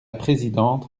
présidente